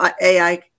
AI